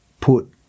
put